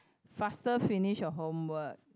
faster finish your homework